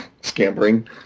scampering